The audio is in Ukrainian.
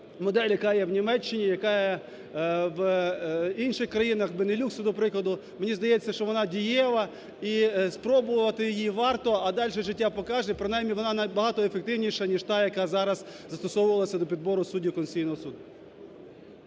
модель, яка є в Німеччині, яка є в інших країнах, Бенілюксу, наприклад. Мені здається, що вона дієва і спробувати її варто, а далі життя покаже, принаймні вона на багато ефективніша, ніж та, яка зараз застосовувалася до підбору суддів Конституційного